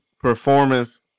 performance